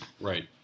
Right